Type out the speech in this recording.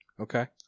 Okay